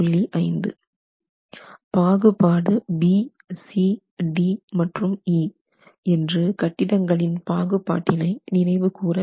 5 பாகுபாடு BCD மற்றும் E என்று கட்டிடங்களின் பாகுபாட்டினை நினைவு கூரவேண்டும்